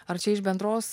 ar čia iš bendros